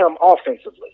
offensively